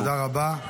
תודה רבה.